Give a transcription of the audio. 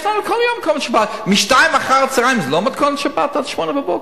יש לנו כל יום מתכונת שבת, מ-14:00 עד 08:00